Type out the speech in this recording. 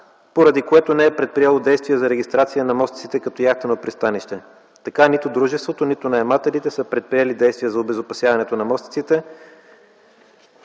поради което не е предприело действие за регистрация на мостиците като яхтено пристанище. Така нито дружеството, нито наемателите са предприели действия за обезопасяването на мостиците,